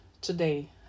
today